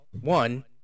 one